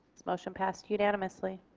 motion passed unanimously.